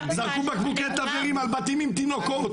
זרקו בקבוקי תבערה על בתים עם תינוקות,